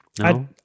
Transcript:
No